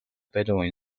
bedouin